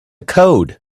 code